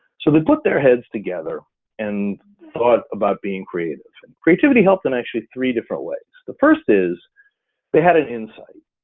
so they put their heads together and thought about being creative, and creativity help them actually three different ways. the first is they had an insight.